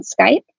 Skype